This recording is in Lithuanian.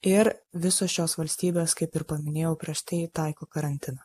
ir visos šios valstybės kaip ir paminėjau prieš tai taiko karantiną